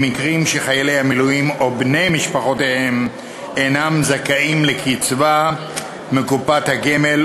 במקרים שחיילי המילואים או בני-משפחותיהם אינם זכאים לקצבה מקופת הגמל,